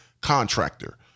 contractor